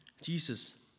Jesus